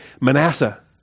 Manasseh